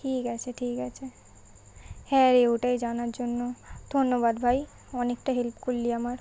ঠিক আছে ঠিক আছে হ্যাঁরে ওটাই জানার জন্য ধন্যবাদ ভাই অনেকটা হেল্প করলি আমার